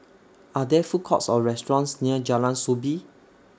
Are There Food Courts Or restaurants near Jalan Soo Bee